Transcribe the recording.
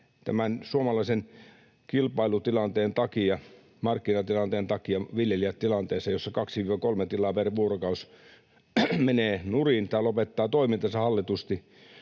tämän suomalaisen kilpailutilanteen takia, markkinatilanteen takia, viljelijät tilanteessa, jossa 2—3 tilaa per vuorokausi menee nurin tai lopettaa toimintansa hallitusti.